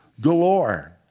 galore